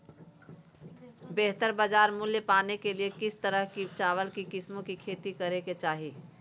बेहतर बाजार मूल्य पाने के लिए किस तरह की चावल की किस्मों की खेती करे के चाहि?